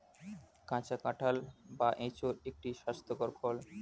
কাঁচা কাঁঠাল বা এঁচোড় একটি স্বাস্থ্যকর ফল